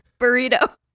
burrito